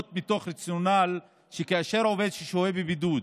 מתוך רציונל שכאשר עובד שוהה בבידוד